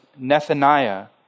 Nethaniah